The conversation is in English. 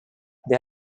they